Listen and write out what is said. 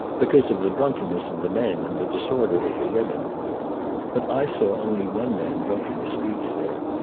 because of the drunkenness of the men and the disorder of the women but i saw only one man drunk in the streets there,